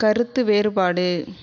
கருத்து வேறுபாடு